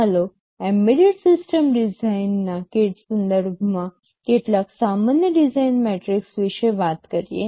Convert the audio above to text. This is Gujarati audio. ચાલો એમ્બેડેડ સિસ્ટમ ડિઝાઇનના સંદર્ભમાં કેટલાક સામાન્ય ડિઝાઇન મેટ્રિક્સ વિશે વાત કરીએ